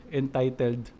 entitled